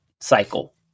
cycle